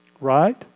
Right